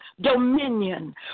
dominion